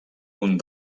uns